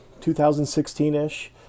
2016-ish